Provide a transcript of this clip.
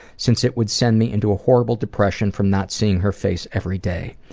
since it would send me into a horrible depression from not seeing her face every day.